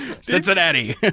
Cincinnati